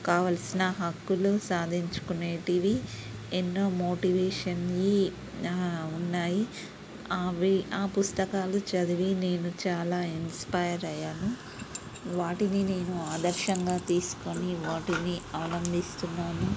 కావాల్సిన హక్కులు సాధించుకునేటివి ఎన్నో మోటివేషన్ ఇయి ఉన్నాయి అవి ఆ పుస్తకాలు చదివి నేను చాలా ఇన్స్పైర్ అయ్యాను వాటిని నేను ఆదర్శంగా తీసుకొని వాటిని ఆనందిస్తున్నాను